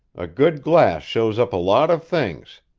a good glass shows up a lot of things.